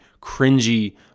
cringy